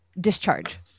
discharge